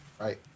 right